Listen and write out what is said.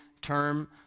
term